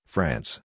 France